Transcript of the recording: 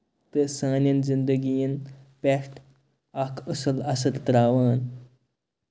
تہٕ سانیٚن زِنٛدگِیَن پیٚٹھ اکھ اَصٕل اَثر ترٛاوان